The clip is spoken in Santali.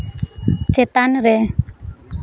ᱪᱮᱛᱟᱱ ᱨᱮ